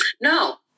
No